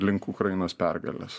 link ukrainos pergalės